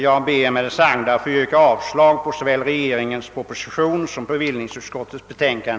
Jag ber med det sagda att få yrka avslag på såväl regeringens proposition som bevillningsutskottets hemställan.